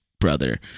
brother